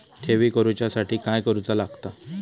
ठेवी करूच्या साठी काय करूचा लागता?